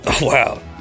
wow